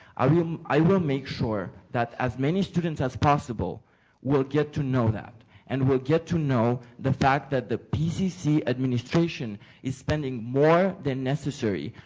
ah um i will make sure that as many students as possible will get to know that and will get to know the fact that the pcc administration is spending more than necessary.